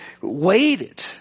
waited